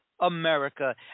America